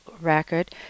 record